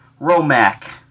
Romac